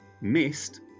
missed